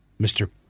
Mr. –